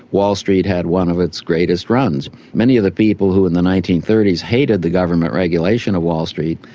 wall street had one of its greatest runs. many of the people who in the nineteen thirty s hated the government regulation of wall street,